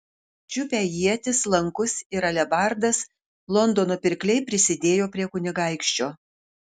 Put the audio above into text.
čiupę ietis lankus ir alebardas londono pirkliai prisidėjo prie kunigaikščio